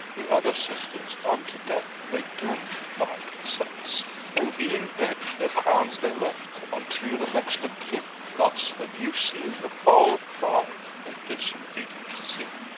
the other sisters unto death they doomed by consents and being dead, their crowns they left unto the next of kin thus have you seen the fall of pride, and disobedient sin.